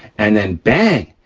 and then bang,